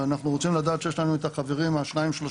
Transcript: אנחנו רוצים לדעת שיש לנו את החברים השניים-שלושה